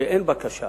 כשאין בקשה